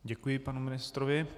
Děkuji panu ministrovi.